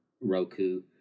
Roku